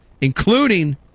including